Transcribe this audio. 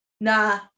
Nah